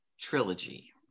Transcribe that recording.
trilogy